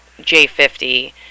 J50